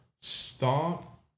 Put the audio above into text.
Stop